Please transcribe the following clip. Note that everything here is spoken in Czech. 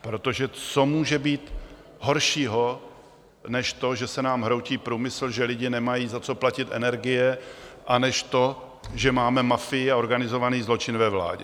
Protože co může být horšího než to, že se nám hroutí průmysl, že lidé nemají za co platit energie, a než to, že máme mafii a organizovaný zločin ve vládě?